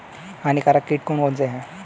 हानिकारक कीट कौन कौन से हैं?